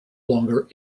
longer